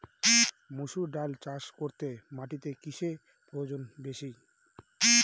মুসুর ডাল চাষ করতে মাটিতে কিসে প্রয়োজন বেশী?